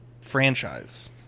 franchise